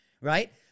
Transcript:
right